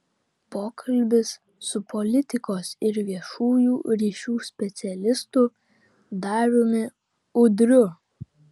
pokalbis su politikos ir viešųjų ryšių specialistu dariumi udriu